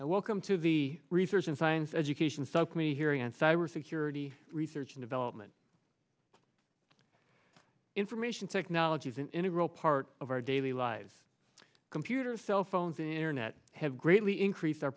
welcome to the research and science education subcommittee hearing on cybersecurity research and development information technology is an integral part of our daily lives computers cell phones internet have greatly increased our